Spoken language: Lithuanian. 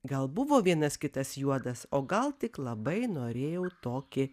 gal buvo vienas kitas juodas o gal tik labai norėjau tokį